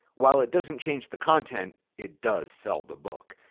while it doesn't change the content, it does sell the book.